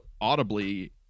audibly